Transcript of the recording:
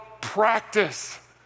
practice